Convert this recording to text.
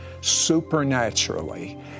supernaturally